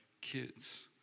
kids